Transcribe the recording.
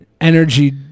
Energy